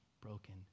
broken